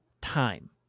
time